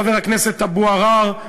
חבר הכנסת אבו עראר,